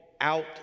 out